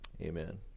Amen